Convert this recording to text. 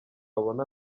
babone